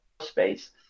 space